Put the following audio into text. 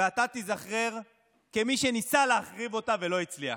ואתה תיזכר כמי שניסה להחריב אותה ולא הצליח.